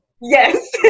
yes